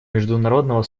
международного